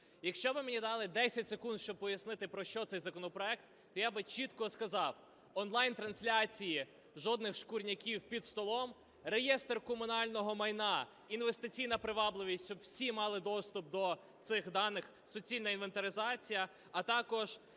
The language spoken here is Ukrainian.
Якщо ви мені дали 10 секунд, щоб пояснити про що цей законопроект, то я б чітко сказав, онлайн-трансляції, жодних "шкурняків" під столом, реєстр комунального майна, інвестиційна привабливість, щоб всі мали доступ до цих даних, суцільна інвентаризація, а також